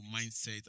mindset